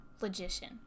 logician